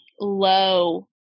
low